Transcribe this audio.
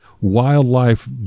wildlife